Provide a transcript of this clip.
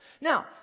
Now